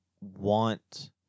want